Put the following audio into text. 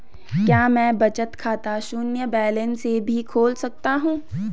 क्या मैं बचत खाता शून्य बैलेंस से भी खोल सकता हूँ?